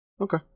Okay